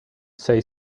say